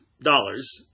dollars